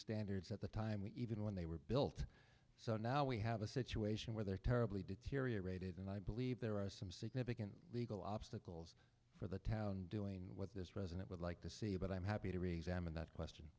standards at the time we even when they were built so now we have a situation where they're terribly deteriorated and i believe there are some significant legal obstacles for the town doing what this resident would like to see but i'm happy to reason with that question